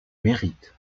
mérite